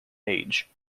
age